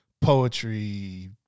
poetry